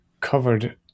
covered